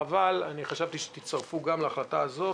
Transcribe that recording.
חבל, חשבתי שתצטרפו גם להחלטה הזאת.